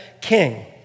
king